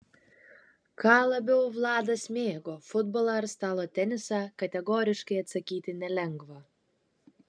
ką labiau vladas mėgo futbolą ar stalo tenisą kategoriškai atsakyti nelengva